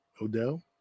Odell